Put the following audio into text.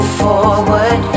forward